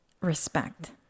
respect